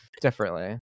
differently